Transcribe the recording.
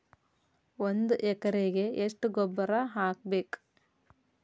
ಒಂದ್ ಎಕರೆಗೆ ಎಷ್ಟ ಗೊಬ್ಬರ ಹಾಕ್ಬೇಕ್?